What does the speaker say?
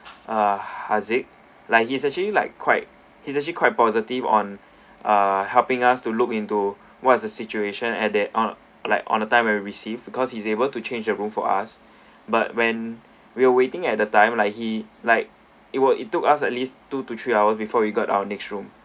uh haziq like he is actually like quite he's actually quite positive on ah helping us to look into what's the situation at there on like on a time when we received because he's able to change the room for us but when we're waiting at a time like he like it was it took us at least two to three hours before we got our next room